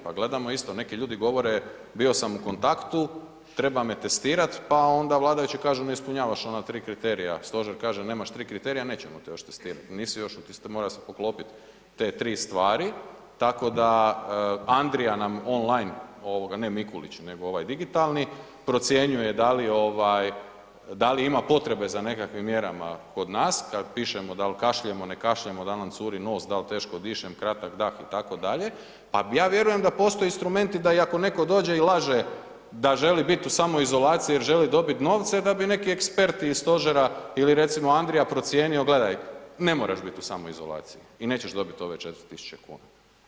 Pa gledamo isto, neki ljudi govore bio sam u kontaktu, treba me testirati, pa onda vladajući kažu ne ispunjavaš ona tri kriterija, stožer kaže nemaš tri kriterija nećemo te još testirati, nisi još, moraju se poklopit te tri stvari, tako da Andrija nam on line, ne Mikulić, nego ovaj digitalni procjenjuje da li ovaj, da li ima potrebe za nekakvim mjerama kod nas, kad pišemo da li kašljemo, ne kašljemo, da li nam curi nos, dal teško dišem, kratak dah itd., pa ja vjerujem da postoje instrumenti da ako netko dođe i laže da želi biti u samoizolaciji jer želi dobit novce da bi neki eksperti iz stožera ili recimo Andrija procijenio gledaj ne moraš biti u samoizolaciji i nećeš dobiti ove 4.000 kuna.